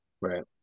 Right